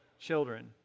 children